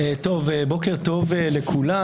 בוקר טוב לכולם.